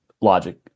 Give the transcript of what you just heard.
logic